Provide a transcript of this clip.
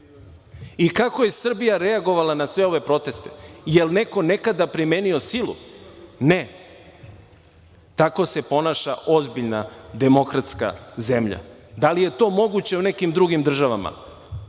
I kako je Srbija reagovala na sve ove proteste? Jel neko nekada primenio silu? Ne. Tako se ponaša ozbiljna demokratska zemlja. Da li je to moguće u nekim drugim državama?